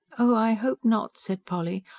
oh, i hope not! said polly.